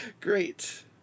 Great